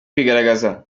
kwigaragaza